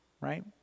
right